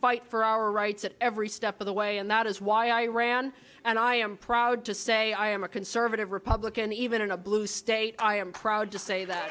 fight for our rights at every step of the way and that is why i ran and i am proud to say i am a conservative republican even in a blue state i am proud to say that